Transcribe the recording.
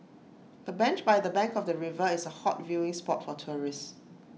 the bench by the bank of the river is A hot viewing spot for tourists